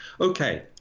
okay